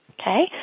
Okay